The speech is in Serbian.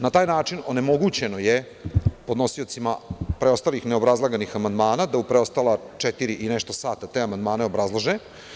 Na taj način onemogućeno je podnosiocima preostalih neobrazlaganih amandmana da u preostala četiri i nešto sata te amandmane obrazlaže.